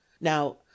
now